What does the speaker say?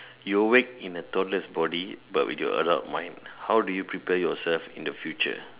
you'll wake in a toddler's body but with your adult mind how do you prepare yourself in the future